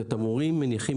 את התמרורים מעמידים,